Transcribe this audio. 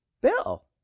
Bill